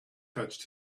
touched